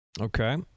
Okay